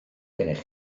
gennych